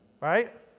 Right